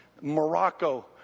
Morocco